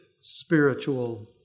spiritual